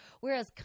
Whereas